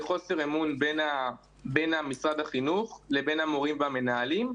זה חוסר אמון בין משרד החינוך לבין המורים והמנהלים.